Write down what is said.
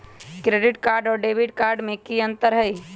Credit card और debit card में की अंतर हई?